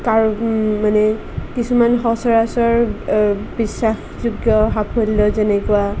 কাৰো মানে কিছুমান সচৰাচৰ আ বিশ্বাসযোগ্য সাফল্য যেনেকুৱা